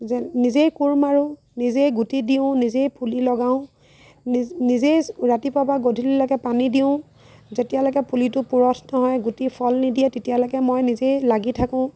যেন নিজেই কোৰ মাৰোঁ নিজেই গুটি দিওঁ নিজেই পুলি লগাওঁ নিজেই ৰাতিপুৱাৰ পৰা গধূলিলৈকে পানী দিওঁ যেতিয়ালৈকে পুলিটো পূৰঠ নহয় গুটি ফল নিদিয়ে তেতিয়ালৈকে মই নিজেই লাগি থাকোঁ